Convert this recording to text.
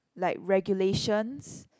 like regulations